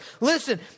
Listen